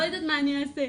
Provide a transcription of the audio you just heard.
לא יודעת מה אני אעשה.